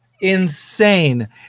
insane